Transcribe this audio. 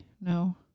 No